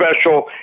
special